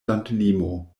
landlimo